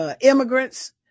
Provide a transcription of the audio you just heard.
Immigrants